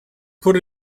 put